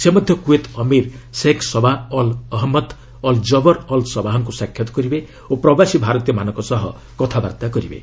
ସେ ମଧ୍ୟ କୁଏତ୍ ଅମୀର Sheikh Sabah Al Ahmad Al Jaber Al ସବାହ୍କୁ ସାକ୍ଷାତ୍ କରିବେ ଓ ପ୍ରବାସୀ ଭାରତୀୟମାନଙ୍କ ସହ କତାବାର୍ତ୍ତା କରିବେ